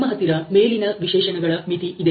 ನಿಮ್ಮ ಹತ್ತಿರ ಮೇಲಿನ ವಿಶೇಷಣಗಳ ಮಿತಿ ಇದೆ